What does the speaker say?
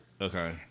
Okay